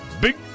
big